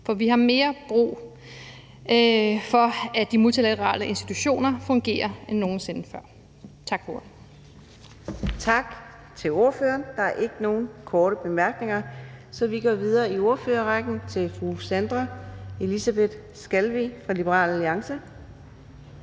nogen sinde før brug for, at de multilaterale institutioner fungerer. Tak for ordet. Kl. 15:28 Fjerde næstformand (Karina Adsbøl): Tak til ordføreren. Der er ikke nogen korte bemærkninger, så vi går videre i ordførerrækken til fru Sandra Elisabeth Skalvig fra Liberal Alliance.